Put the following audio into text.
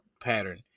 pattern